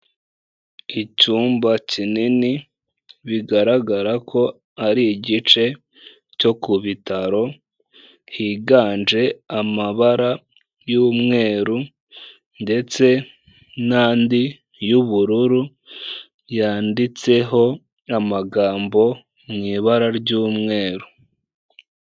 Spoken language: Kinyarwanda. Icyumba kinini, bigaragara ko ari igice cyo ku bitaro, higanje amabara y'umweru, ndetse n'andi y'ubururu, yanditseho amagambo mu ibara ry'umweru.